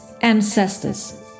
Ancestors